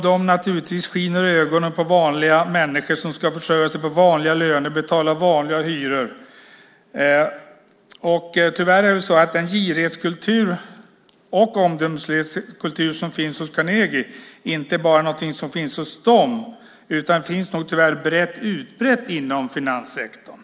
De sticker naturligtvis i ögonen på vanliga människor som ska försörja sig på vanliga löner och betala vanliga hyror. Tyvärr är det väl så att den girighetskultur och omdömeslöshetskultur som finns hos Carnegie inte är någonting som bara finns hos dem utan nog tyvärr finns brett utbrett inom finanssektorn.